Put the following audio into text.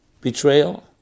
betrayal